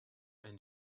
and